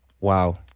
Wow